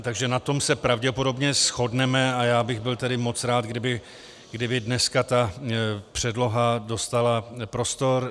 Takže na tom se pravděpodobně shodneme a já bych byl moc rád, kdyby dneska ta předloha dostala prostor.